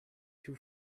too